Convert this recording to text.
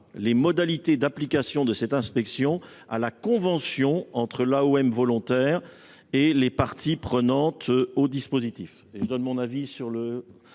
des modalités d’application de cette inspection à la convention conclue entre l’AOM volontaire et les parties prenantes. Quel est